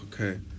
okay